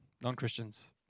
non-Christians